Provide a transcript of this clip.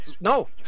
no